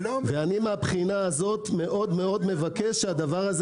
אני מהבחינה הזו מאוד מבקש שהדבר הזה